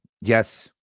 Yes